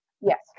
Yes